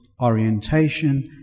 orientation